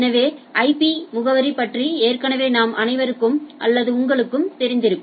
எனவே ஐபி முகவரி பற்றி ஏற்கனவே நம் அனைவருக்கும் அல்லது உங்களுக்கு தெரிந்திருக்கும்